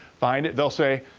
find it. they'll say,